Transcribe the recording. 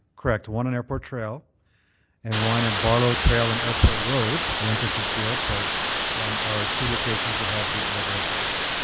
correct, one on airport trail and one at barlow trail and airport road, the entrance into the airport are two locations that have digital billboards.